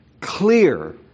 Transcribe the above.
clear